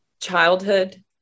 childhood